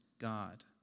God